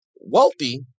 wealthy